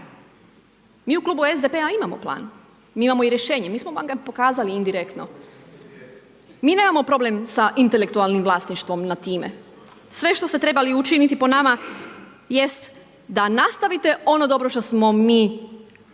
Mi u klubu SDP-a imamo plan, mi imamo rješenje, mi smo vam ga pokazali indirektno. Mi nemamo problem sa intelektualnim vlasništvom nad time. Sve što ste trebali učiniti po nama jest da nastavite ono dobro što smo mi